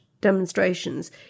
demonstrations